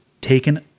taken